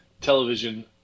television